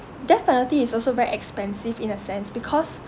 death penalty is also very expensive in a sense because